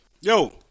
Yo